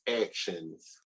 actions